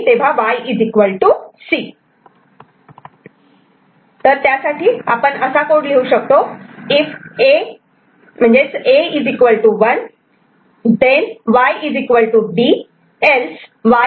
A 1 Then Y B Else Y C तर जेव्हा A 0 आहे आपण पाहू शकतो की 1